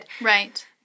Right